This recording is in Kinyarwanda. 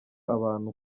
abantu